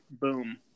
boom